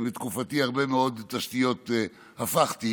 ובתקופתי הרבה מאוד תשתיות הפכתי,